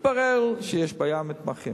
על זה יש משא-ומתן, על זה יש בורר, ובורר החליט.